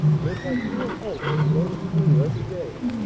live like real folks, and go to school every day.